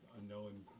unknown